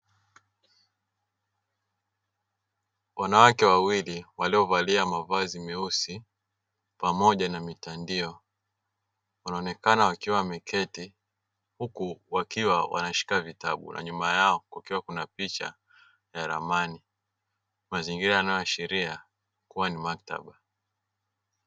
Wanawake wawili waliovalia mavazi meusi pamoja na mitandio wanaonekana wakiwa wameketi huku wakiwa wanashika vitabu na nyuma yao kukiwa kuna picha ya ramani, mazingira yanayoashiria kuwa ni maktaba.